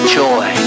joy